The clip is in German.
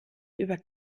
über